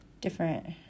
different